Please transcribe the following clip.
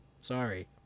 Sorry